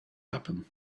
happen